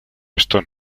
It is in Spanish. esto